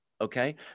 Okay